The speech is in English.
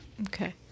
Okay